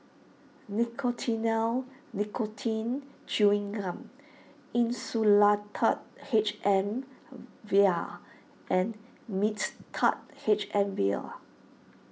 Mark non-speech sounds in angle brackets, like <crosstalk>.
Nicotinell Nicotine Chewing Gum Insulatard H M <noise> Vial and Mixtard H M Vial